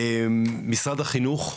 משרד החינוך,